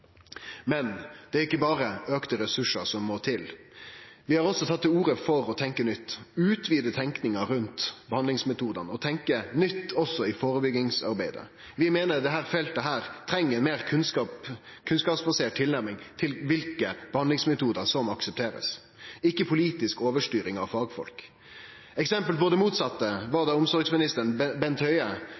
Men det er ikkje berre auka ressursar som må til. Vi har også tatt til orde for å tenkje nytt, utvide tenkinga rundt behandlingsmetodane og tenkje nytt også i førebyggingsarbeidet. Vi meiner dette feltet treng ei meir kunnskapsbasert tilnærming til kva for behandlingsmetodar som blir aksepterte, ikkje politisk overstyring av fagfolk. Eit eksempel på det motsette var da omsorgsministeren, Bent Høie,